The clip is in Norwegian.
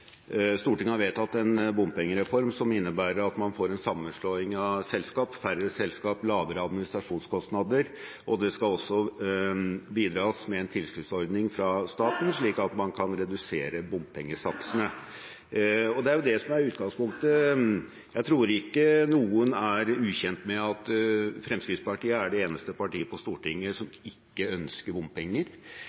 Stortinget har vedtatt en bompengereform som innebærer at man får en sammenslåing av selskap, færre selskap, lavere administrasjonskostnader, og det skal også bidras med en tilskuddsordning fra staten slik at man kan redusere bompengesatsene. Det er jo det som er utgangspunktet. Jeg tror ikke noen er ukjent med at Fremskrittspartiet er det eneste partiet på Stortinget som ikke ønsker bompenger,